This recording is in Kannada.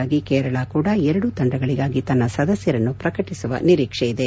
ಈ ಮಾತುಕತೆಗಾಗಿ ಕೇರಳ ಕೂಡಾ ಎರಡೂ ತಂಡಗಳಿಗಾಗಿ ತನ್ನ ಸದಸ್ಯರನ್ನು ಪ್ರಕಟಿಸುವ ನಿರೀಕ್ಷೆಯಿದೆ